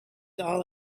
all